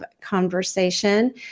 conversation